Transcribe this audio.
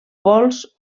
pols